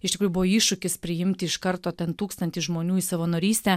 iš tikrųjų buvo iššūkis priimti iš karto ten tūkstantį žmonių į savanorystę